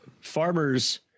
farmers